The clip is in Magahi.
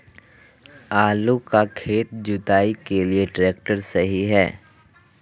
आलू का खेत जुताई के लिए ट्रैक्टर सही है?